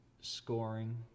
scoring